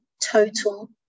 total